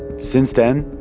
since then,